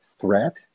threat